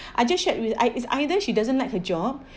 I just shared with is is either she doesn't like her job